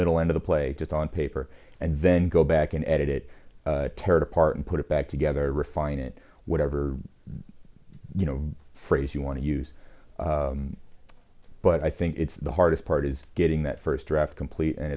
middle end of the play just on paper and then go back and edit it tear it apart and put it back together refine it whatever you know phrase you want to use but i think it's the hardest part is getting that first draft complete and